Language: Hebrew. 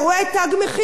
אלמלא התקשורת,